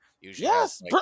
Yes